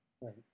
right